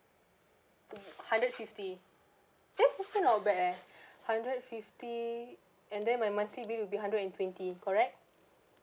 mm hundred fifty eh actually not bad eh hundred fifty and then my monthly bill will be hundred and twenty correct